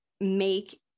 make